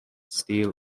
steel